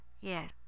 Yes